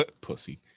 Pussy